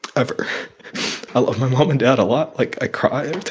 ever i love my mom and dad a lot. like, i cry and